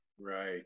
Right